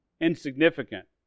insignificant